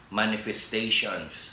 manifestations